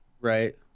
right